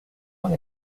long